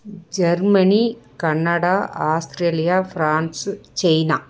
Germany Canada Australia France China